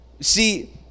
See